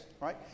right